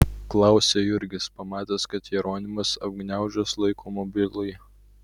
klausia jurgis pamatęs kad jeronimas apgniaužęs laiko mobilųjį